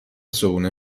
صبحونه